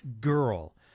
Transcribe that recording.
Girl